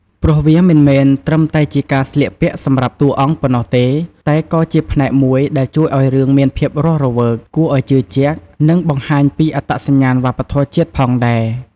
ព្រោះវាមិនមែនត្រឹមតែជាការស្លៀកពាក់សម្រាប់តួអង្គប៉ុណ្ណោះទេ តែក៏ជាផ្នែកមួយដែលជួយឲ្យរឿងមានភាពរស់រវើក គួរឱ្យជឿជាក់ និងបង្ហាញពីអត្តសញ្ញាណវប្បធម៌ជាតិផងដែរ ។